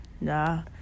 Nah